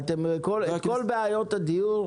כל בעיות הדיור,